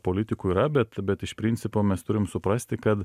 politikų yra bet bet iš principo mes turim suprasti kad